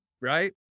right